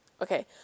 okay